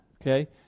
Okay